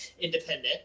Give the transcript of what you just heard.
independent